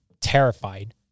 terrified